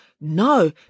No